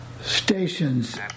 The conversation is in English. stations